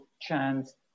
chance